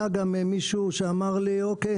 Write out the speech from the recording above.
היה גם מישהו שאמר לי: אוקיי,